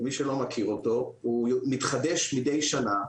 למי שלא מכיר אותו, הוא מתחדש מדי שנה.